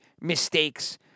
mistakes